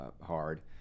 hard